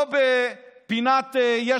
לא לפינת יש